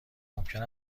ممکن